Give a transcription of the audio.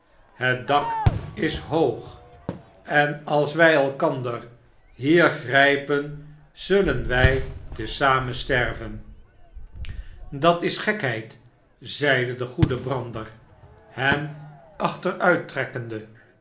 het dak is hoog enalswij elkander hier grijpen zullen wij te zamen sterven dat is gekheid zeide de goede brander hem